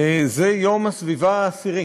זה יום הסביבה העשירי